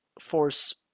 force